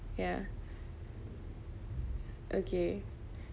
ya okay